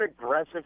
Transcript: aggressive